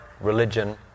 religion